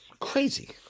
crazy